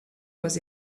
was